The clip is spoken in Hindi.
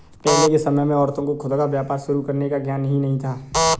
पहले के समय में औरतों को खुद का व्यापार शुरू करने का ज्ञान ही नहीं था